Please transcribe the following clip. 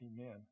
Amen